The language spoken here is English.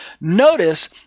Notice